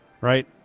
right